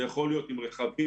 זה יכול להיות עם רכבים,